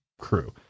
crew